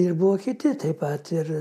ir buvo kiti taip pat ir